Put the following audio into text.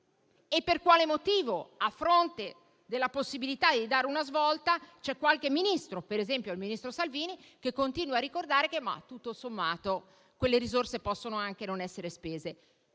Per quale motivo, a fronte della possibilità di dare una svolta, c'è qualche Ministro, per esempio il ministro Salvini, che continua a ricordare che tutto sommato quelle risorse possono anche non essere spese?